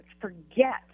forget